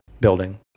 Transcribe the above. building